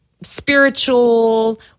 spiritual